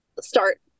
start